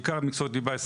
של מקצועות ליבה,